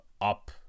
up